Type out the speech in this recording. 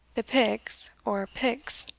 the piks, or picts,